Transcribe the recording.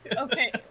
okay